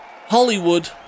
Hollywood